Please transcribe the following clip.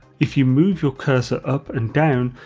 if you move your cursor up and down,